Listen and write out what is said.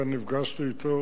אכן נפגשתי אתו